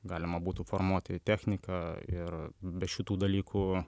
galima būtų formuoti techniką ir be šitų dalykų